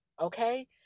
okay